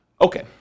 Okay